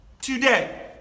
today